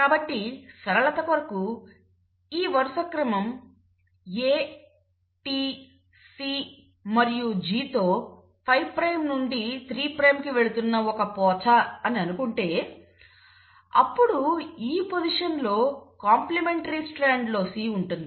కాబట్టి సరళత కొరకు ఈ వరుస క్రమం A T C మరియు G తో 5 ప్రైమ్ నుండి 3 ప్రైమ్కి వెళ్తున్న ఒక పోచ అని అనుకుంటే అప్పుడు ఈ పొజిషన్లో కాంప్లిమెంటరీ స్ట్రాండ్లో C ఉంటుంది